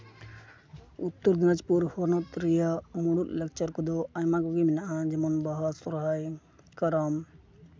ᱩᱛᱛᱚᱨ ᱫᱤᱱᱟᱡᱽᱯᱩᱨ ᱦᱚᱱᱚᱛ ᱨᱮᱭᱟᱜ ᱢᱩᱬᱩᱫ ᱞᱟᱠᱪᱟᱨ ᱠᱚᱫᱚ ᱟᱭᱢᱟ ᱜᱮ ᱢᱮᱱᱟᱜᱼᱟ ᱡᱮᱢᱚᱱ ᱵᱟᱦᱟ ᱥᱚᱦᱚᱨᱟᱭ ᱠᱟᱨᱟᱢ